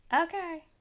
Okay